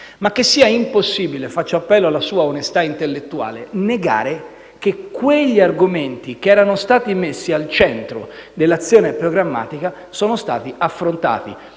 ma che sia impossibile - faccio appello alla sua onestà intellettuale - negare che quegli argomenti che erano stati messi al centro dell'azione programmatica sono stati affrontati,